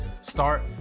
start